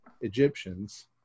Egyptians